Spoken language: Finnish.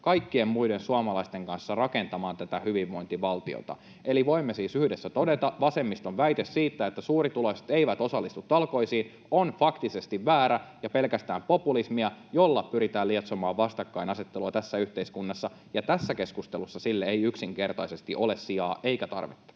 kaikkien muiden suomalaisten kanssa rakentamaan tätä hyvinvointivaltiota. Eli voimme siis yhdessä todeta, että vasemmiston väite siitä, että suurituloiset eivät osallistu talkoisiin, on faktisesti väärä ja pelkästään populismia, jolla pyritään lietsomaan vastakkainasettelua tässä yhteiskunnassa, ja tässä keskustelussa sille ei yksinkertaisesti ole sijaa eikä tarvetta.